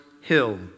Hill